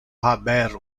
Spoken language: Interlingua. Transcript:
haber